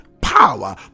power